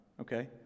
Okay